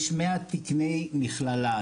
יש 100 תקני מכללה.